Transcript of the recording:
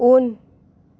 उन